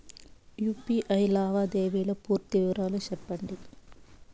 UPI లావాదేవీల పూర్తి వివరాలు సెప్పండి?